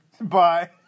Bye